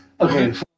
Okay